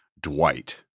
Dwight